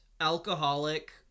alcoholic